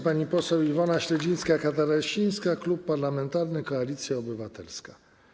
Pani poseł Iwona Śledzińska-Katarasińska, Klub Parlamentarny Koalicja Obywatelska.